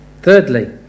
Thirdly